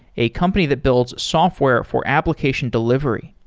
a company that builds software for application delivery.